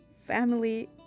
Family